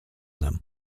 them